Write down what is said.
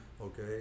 okay